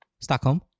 Stockholm